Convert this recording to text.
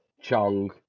Chung